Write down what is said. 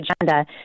agenda